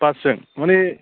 बासजों मानि